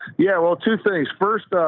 yeah. well, two things first,